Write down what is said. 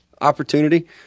opportunity